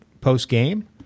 post-game